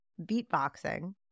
beatboxing